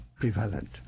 prevalent